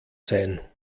sein